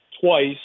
twice